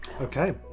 Okay